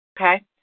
okay